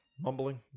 Mumbling